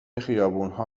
خیابونها